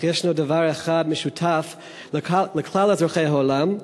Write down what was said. אך יש שם דבר אחד משותף לכלל אזרחי העולם: